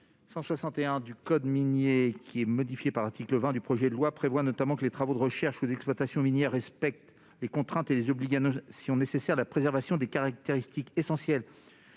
L. 161-1 du code minier, qui est modifié par l'article 20 du présent projet de loi, prévoit notamment que les travaux de recherches ou d'exploitation minières respectent les contraintes et les obligations nécessaires à la préservation des caractéristiques essentielles